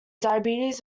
diabetes